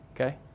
Okay